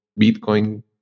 Bitcoin